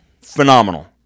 Phenomenal